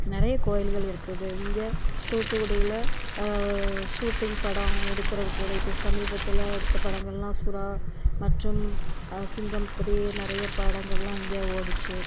நிறைய கோயில்கள் இருக்குது இங்கே தூத்துகுடியில் சூட்டிங் படம் எடுக்கிறதுக்கு கூடிய இப்போ சமீபத்தில் எடுத்த படங்கள்லாம் சுறா மற்றும் சிங்கம் இப்படி நிறைய படங்கள்லாம் இங்கே ஓடிச்சு